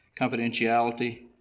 confidentiality